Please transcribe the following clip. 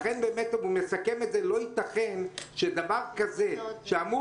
לכן הוא מסכם את זה: "לא ייתכן דבר כזה שאמור